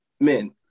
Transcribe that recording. men